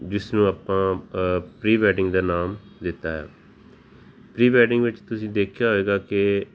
ਜਿਸਨੂੰ ਆਪਾਂ pre wedding ਦਾ ਨਾਮ ਦਿੱਤਾ ਹੈ ਪਰੀ ਵੈਡਿੰਗ ਵਿੱਚ ਤੁਸੀਂ ਦੇਖਿਆ ਹੋਏਗਾ ਕਿ